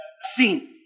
Sin